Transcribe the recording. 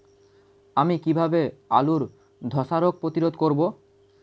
আমি কিভাবে আলুর ধ্বসা রোগ প্রতিরোধ করব?